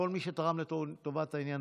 כל מי שתרם לטובת העניין,